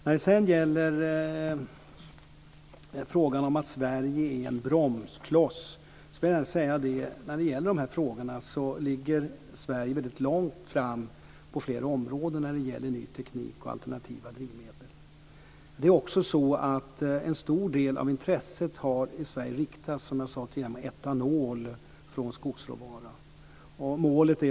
När det sedan gäller frågan om att Sverige är en bromskloss skulle jag gärna vilja säga att Sverige ligger väldigt långt framme på flera områden, som ny teknik och alternativa drivmedel. Det är också så att en stor del av intresset i Sverige har riktats mot etanol från skogsråvara.